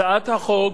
הצעת החוק,